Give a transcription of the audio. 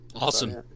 awesome